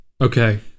Okay